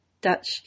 Dutch